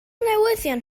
newyddion